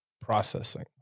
processing